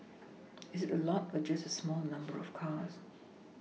is it a lot or just a small number of cars